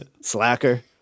Slacker